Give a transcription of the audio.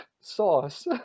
sauce